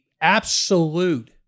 absolute